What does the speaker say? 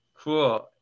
Cool